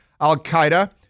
Al-Qaeda